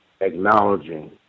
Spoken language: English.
acknowledging